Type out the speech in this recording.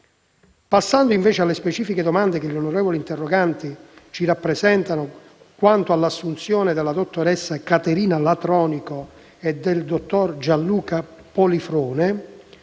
Passando poi alle specifiche domande degli onorevoli interroganti, si rappresenta che, quanto all'assunzione della dottoressa Caterina Latronico e del dottor Gianluca Polifrone,